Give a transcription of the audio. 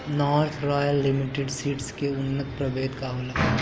North Royal Limited Seeds के उन्नत प्रभेद का होला?